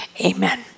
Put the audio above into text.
Amen